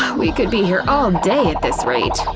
we could be here all day at this rate!